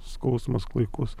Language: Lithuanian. skausmas klaikus